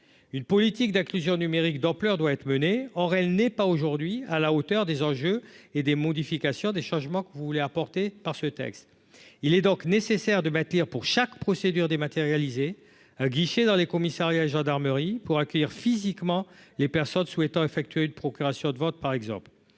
une politique d'inclusion numérique d'ampleur doit être menée, or elle n'est pas aujourd'hui à la hauteur des enjeux et des modifications des changements que vous voulez apportées par ce texte, il est donc nécessaire de bâtir pour chaque procédure dématérialisée guichets dans les commissariats et gendarmeries pour accueillir physiquement les personnes souhaitant effectuer de procuration de vote par exemple